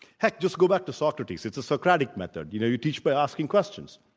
heck, just go back to socrates. it's a socratic method. you know, you teach by asking questions.